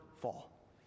fall